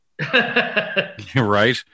Right